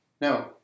No